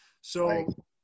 So-